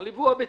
על יבוא הביצים.